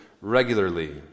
regularly